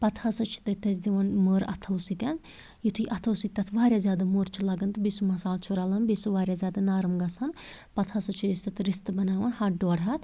پَتہٕ ہَسا چھِ تٔتۍ تھَس دِوان مٕر اَتھوٚو سۭتۍ یُتھٕے اَتھوٚو سۭتۍ تتھ واریاہ زیادٕ مٕر چھِ لگان تہٕ بیٚیہِ سُہ مَصالہٕ چھُ رَلَان بیٚیہِ چھُ سُہ واریاہ زیادٕ نرٕم گَژھان پَتہٕ ہَسا چھِ أسۍ تتھ رِستہٕ بناوان ہتھ ڈۄڈھ ہتھ